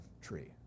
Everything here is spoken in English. tree